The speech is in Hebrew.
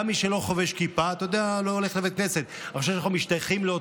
אז בואו נאפס אותו.